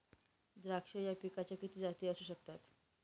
द्राक्ष या पिकाच्या किती जाती असू शकतात?